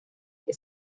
que